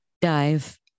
dive